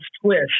twist